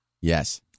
Yes